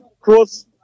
cross